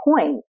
point